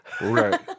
Right